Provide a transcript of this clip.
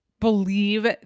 believe